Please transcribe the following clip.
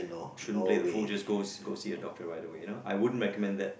shouldn't play a fool just go go see a doctor you know I wouldn't recommend that